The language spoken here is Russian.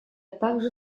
также